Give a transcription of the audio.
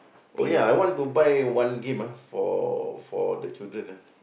oh ya I want to buy one game ah for for the children ah